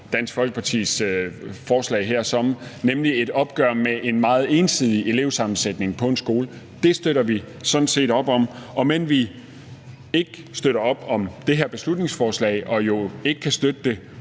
Dansk Folkepartis forslag her som, nemlig et opgør med en meget ensidig elevsammensætning på en skole, om end vi ikke støtter op om det her beslutningsforslag. Og når vi ikke kan støtte det,